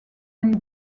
and